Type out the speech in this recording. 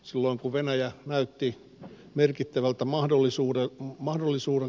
silloin kun venäjä näytti merkittävältämahdollisuuden mahdollisuuden